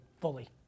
fully